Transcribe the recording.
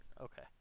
okay